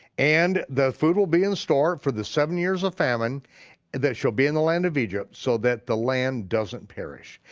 and the food will be in store for the seven years of famine that shall be in the land of egypt so that the land doesn't perish.